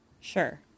Sure